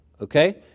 Okay